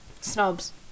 Snobs